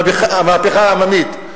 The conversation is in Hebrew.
המהפכה העממית.